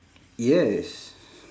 yes